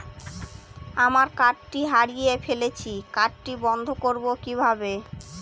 আমার কার্ডটি হারিয়ে ফেলেছি কার্ডটি বন্ধ করব কিভাবে?